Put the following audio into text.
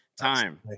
time